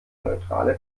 neutrale